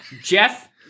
Jeff